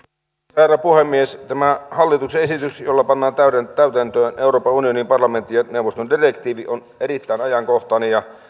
herra puhemies tämä hallituksen esitys jolla pannaan täytäntöön euroopan unionin parlamentin ja neuvoston direktiivi on erittäin ajankohtainen ja